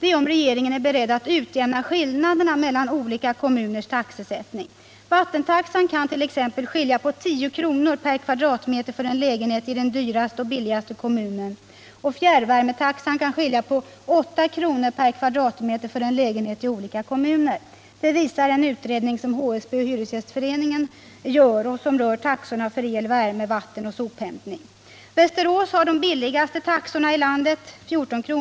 är om regeringen är beredd att utjämna skillnaderna mellan olika kommuners taxesättning. Skillnaden mellan vattentaxorna kan t.ex. vara Nr 30 10 kr. per kvadratmeter för en lägenhet i den dyraste och i den billigaste kommunen och i vad gäller fjärrvärmetaxan 8 kr. per kvadratmeter för lägenheter i olika kommuner. Det visar en utredning som HSB ochhy= = resgäströrelsen gjort och som rör taxorna för el, värme, vatten och sop Om de kommunala hämtning. Västerås har de billigaste taxorna i landet, 14 kr.